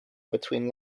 between